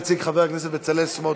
יציג חבר הכנסת בצלאל סמוטריץ.